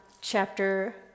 chapter